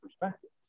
perspective